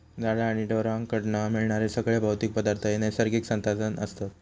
झाडा आणि ढोरांकडना मिळणारे सगळे भौतिक पदार्थ हे नैसर्गिक संसाधन हत